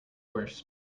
worst